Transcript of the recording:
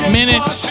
minutes